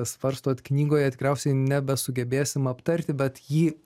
svarstot knygoje tikriausiai nebesugebėsim aptarti bet jį